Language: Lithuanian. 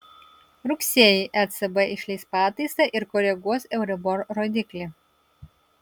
rugsėjį ecb išleis pataisą ir koreguos euribor rodiklį